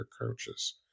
coaches